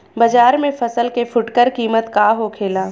बाजार में फसल के फुटकर कीमत का होखेला?